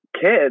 kids